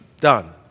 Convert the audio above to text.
done